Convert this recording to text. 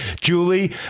Julie